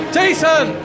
Jason